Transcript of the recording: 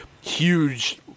huge